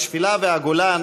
השפלה והגולן,